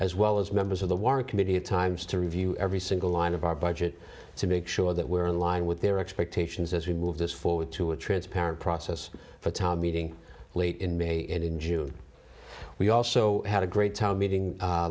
as well as members of the work committee at times to review every single line of our budget to make sure that we're in line with their expectations as we move this forward to a transparent process for town meeting late in may and in june we also had a great town meeting